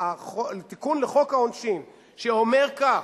בתיקון לחוק העונשין, שאומר כך: